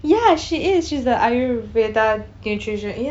ya she is she's the ayurveda nutrition ya it's quite cool